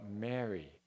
Mary